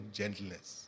gentleness